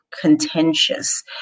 contentious